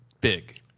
big